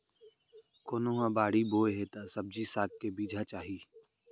कोनो ह बाड़ी बोए हे त सब्जी साग के बीजा चाही